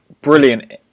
brilliant